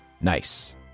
Nice